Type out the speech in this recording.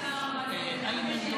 ביחד עברנו על זה,